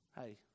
Hey